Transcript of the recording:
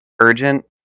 urgent